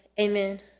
amen